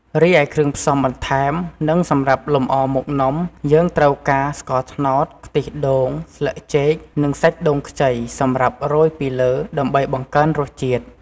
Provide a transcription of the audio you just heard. រីឯ គ្រឿងផ្សំបន្ថែម និងសម្រាប់លម្អមុខនំ យើងត្រូវការ ស្ករត្នោត ខ្ទិះដូង ស្លឹកចេក និងសាច់ដូងខ្ចី សម្រាប់រោយពីលើ ដើម្បីបង្កើនរសជាតិ។